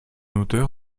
auteur